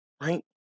right